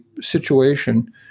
situation